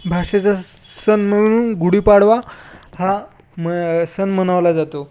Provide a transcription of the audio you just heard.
भाषेचा सण म्हणून गुढीपाडवा हा म सण मनवला जातो